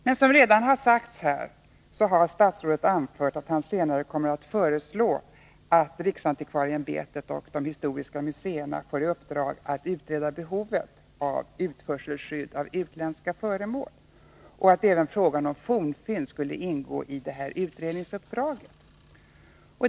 Men som redan har sagts här har föredragande statsrådet anfört, att han senare kommer att föreslå att riksantikvarieämbetet och de historiska museerna får i uppdrag att utreda behovet av skydd mot utförsel av utländska föremål och att även frågan om fornfynd skulle ingå i utredningsuppdraget.